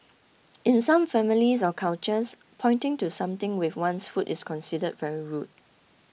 in some families or cultures pointing to something with one's foot is considered very rude